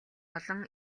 болон